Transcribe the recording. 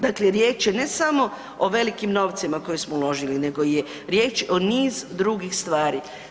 Dakle, riječ je ne samo o velikim novcima koje smo uložili nego je riječ o niz drugih stvari.